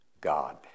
God